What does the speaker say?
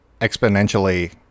exponentially